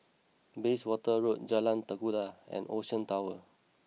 Bayswater Road Jalan Tekukor and Ocean Towers